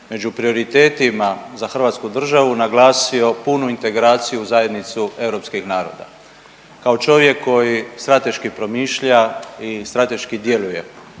među prioritetima za Hrvatsku državu naglasio punu integraciju zajednicu europskih naroda. Kao čovjek koji strateški promišlja i strateški djeluje